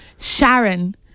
Sharon